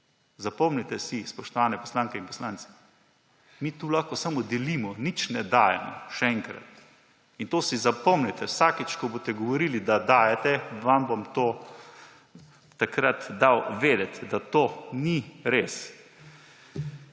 zapomnite si, spoštovani poslanke in poslanci, mi tu lahko samo delimo, nič ne dajemo, še enkrat. In to si zapomnite, vsakič ko boste govorili, da dajete, vam bom dal vedeti, da to ni res.